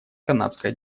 канадская